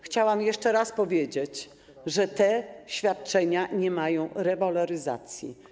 Chciałam jeszcze raz powiedzieć, że te świadczenia nie mają rewaloryzacji.